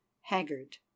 Haggard